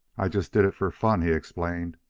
i just did it for fun, he explained.